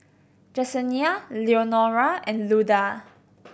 Jesenia Leonora and Luda